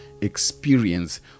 experience